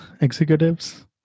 executives